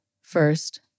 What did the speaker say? first